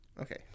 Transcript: Okay